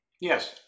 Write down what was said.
Yes